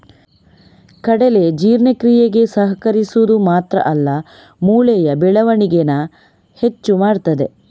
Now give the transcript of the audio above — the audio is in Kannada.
ಕಡಲೆ ಜೀರ್ಣಕ್ರಿಯೆಗೆ ಸಹಕರಿಸುದು ಮಾತ್ರ ಅಲ್ಲ ಮೂಳೆಯ ಬೆಳವಣಿಗೇನ ಹೆಚ್ಚು ಮಾಡ್ತದೆ